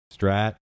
Strat